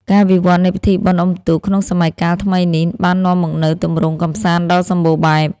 ការវិវត្តនៃពិធីបុណ្យអុំទូកក្នុងសម័យកាលថ្មីនេះ បាននាំមកនូវទម្រង់កម្សាន្តដ៏សម្បូរបែប។